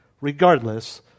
regardless